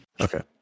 Okay